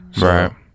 Right